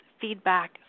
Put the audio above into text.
feedback